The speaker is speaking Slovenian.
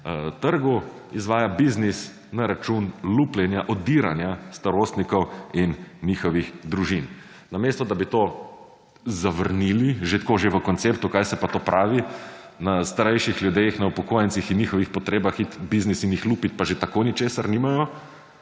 trgu izvaja biznis na račun lupljenja, odiranja starostnikov in njihovih družin. Namesto, da bi to zavrnili že tako že v konceptu kaj se pa to pravi na strešjih ljudeh, na upokojencih in njihovih potrebah iti biznis in jih lupiti, pa že tako ničesar nimajo,